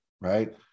Right